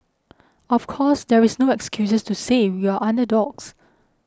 of course there is no excuses to say we are underdogs